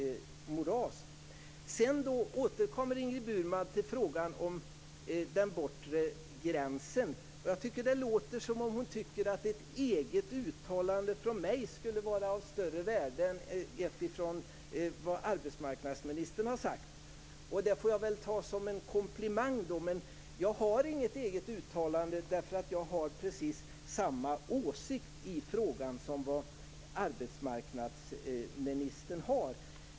Ingrid Burman återkommer till frågan om den bortre gränsen. Det låter som om hon tycker att ett eget uttalande från mig skulle vara av större värde än vad arbetsmarknadsministern har sagt. Jag får väl ta det som en komplimang, men jag har inget eget uttalande. Jag har nämligen precis samma åsikt i frågan som vad arbetsmarknadsministern har.